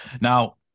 Now